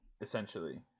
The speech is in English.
essentially